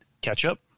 ketchup